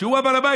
כשהוא בעל הבית,